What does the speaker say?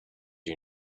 you